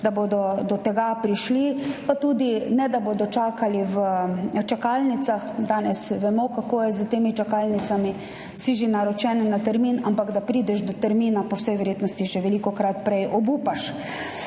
da bodo do tega prišli, pa tudi da ne bodo čakali v čakalnicah. Danes vemo, kako je s temi čakalnicami, si že naročen na termin, ampak preden prideš do termina, po vsej verjetnosti že prej obupaš.